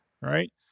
right